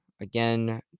Again